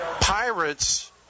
Pirates